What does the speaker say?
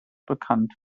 bekannt